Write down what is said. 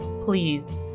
please